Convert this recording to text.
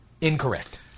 incorrect